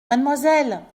mademoiselle